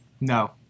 No